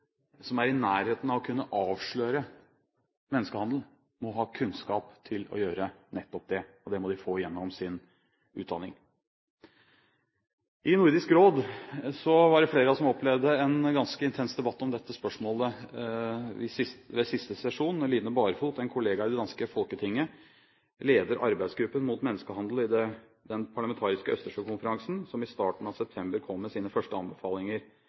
som er i nærheten av å kunne avsløre menneskehandel, må ha kunnskap til å gjøre nettopp det, og det må de få gjennom sin utdanning. I Nordisk Råd var det flere av oss som i siste sesjon opplevde en ganske intens debatt om dette spørsmålet. Line Barfod, en kollega i det danske Folketinget, leder arbeidsgruppen mot menneskehandel i Den parlamentariske østersjøkonferansen, som i starten av september kom med sine første anbefalinger